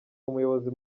umuyobozi